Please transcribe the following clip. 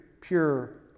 pure